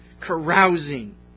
carousing